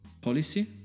policy